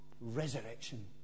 Resurrection